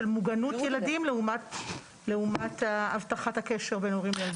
מוגנות ילדים לעומת הבטחת הקשר בין הורים לילדים.